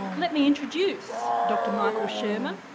let me introduce dr michael shermer,